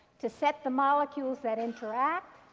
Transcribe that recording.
to set the molecules that interact,